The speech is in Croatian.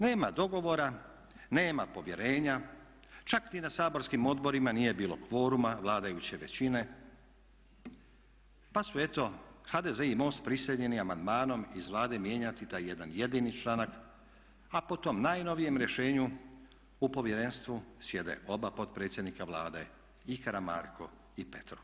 Nema dogovora, nema povjerenja, čak ni na saborskim odborima nije bilo kvoruma vladajuće većine pa su eto HDZ i MOST prisiljeni amandmanom iz Vlade mijenjati taj jedan jedini članak a po tom najnovijem rješenju u povjerenstvu sjede oba potpredsjednika Vlade i Karamarko i Petrov.